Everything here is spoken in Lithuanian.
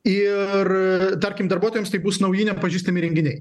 ir tarkim darbuotojams tai bus nauji nepažįstami renginiai